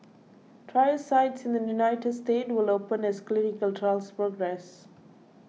trial sites in the United States will open as clinical trials progress